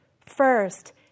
first